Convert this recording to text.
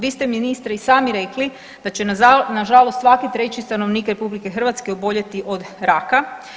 Vi ste ministre i sami rekli da će nažalost svaki treći stanovnik RH oboljeti od raka.